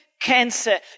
cancer